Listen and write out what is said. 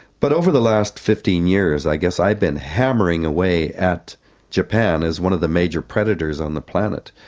but over the last fifteen years i guess i've been hammering away at japan as one of the major predators on the planet.